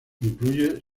incluye